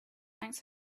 thanks